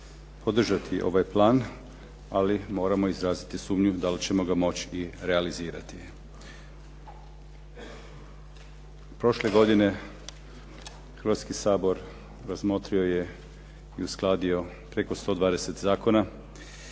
podržati ovaj plan, ali moramo izraziti sumnju da li ćemo ga moći i realizirati. Prošle godine Hrvatski sabor razmotrio je i uskladio preko 120 zakona.